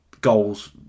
Goals